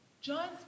John's